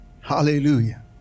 Hallelujah